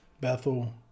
Bethel